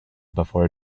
before